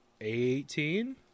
Eighteen